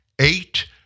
eight